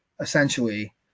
essentially